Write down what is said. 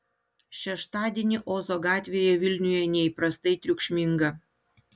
šeštadienį ozo gatvėje vilniuje neįprastai triukšminga